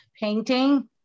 painting